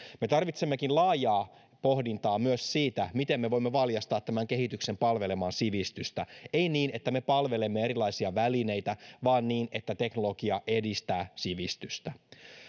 me tarvitsemmekin laajaa pohdintaa myös siitä miten me voimme valjastaa tämän kehityksen palvelemaan sivistystä ei niin että me palvelemme erilaisia välineitä vaan niin että teknologia edistää sivistystä